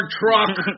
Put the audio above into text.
truck